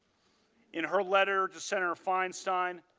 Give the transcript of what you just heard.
in her letter to senator feinstein,